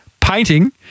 painting